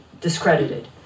discredited